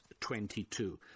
22